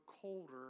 colder